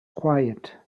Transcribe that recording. quiet